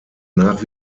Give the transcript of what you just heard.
nach